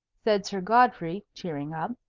said sir godfrey, cheering up,